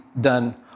done